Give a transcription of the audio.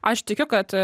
aš tikiu kad